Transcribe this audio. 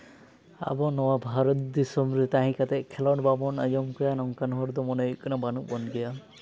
ᱟᱵᱚ ᱱᱚᱣᱟ ᱵᱷᱟᱨᱚᱛ ᱫᱤᱥᱚᱢ ᱨᱮ ᱛᱟᱦᱮᱸ ᱠᱟᱛᱮᱜ ᱠᱷᱮᱞᱳᱰ ᱵᱟᱵᱚᱱ ᱟᱸᱡᱚᱢ ᱠᱮᱭᱟ ᱱᱚᱝᱠᱟᱱ ᱦᱚᱲ ᱫᱚ ᱢᱚᱱᱮ ᱦᱩᱭᱩᱜ ᱠᱟᱱᱟ ᱵᱟᱹᱱᱩᱜ ᱵᱚᱱ ᱜᱮᱭᱟ